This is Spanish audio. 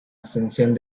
ascensión